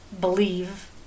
believe